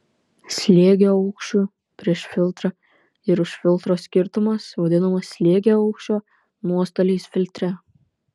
slėgio aukščių prieš filtrą ir už filtro skirtumas vadinamas slėgio aukščio nuostoliais filtre